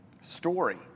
Story